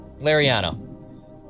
Lariano